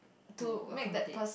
to accommodate